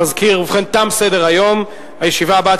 יושב-ראש הישיבה,